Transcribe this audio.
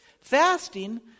Fasting